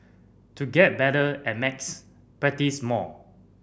to get better at max practice more